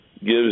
gives